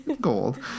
Gold